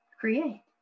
create